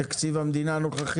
בתקציב המדינה הנוכחי?